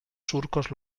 surcos